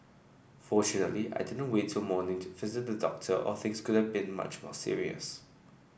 fortunately I didn't wait till morning to visit the doctor or things could have been much more serious